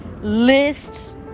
lists